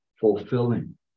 fulfilling